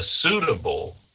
suitable